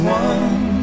one